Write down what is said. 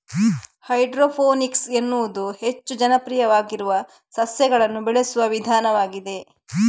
hydroponics ಎನ್ನುವುದು ಹೆಚ್ಚು ಜನಪ್ರಿಯವಾಗಿರುವ ಸಸ್ಯಗಳನ್ನು ಬೆಳೆಸುವ ವಿಧಾನವಾಗಿದೆ